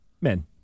Men